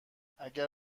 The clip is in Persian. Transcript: اگه